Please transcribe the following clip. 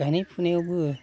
गायनाय फुनायावबो